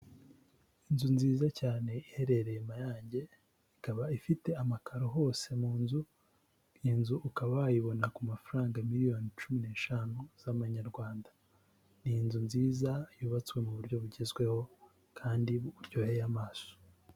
Inzu nziza cyane iherereye Mayange, ikaba ifite amakaro hose mu nzu, iyi nzu ukaba wayibona ku mafaranga miliyoni cumi n'eshanu z'amanyarwanda, ni inzu nziza yubatswe mu buryo bugezweho kandi buryoheye amaso.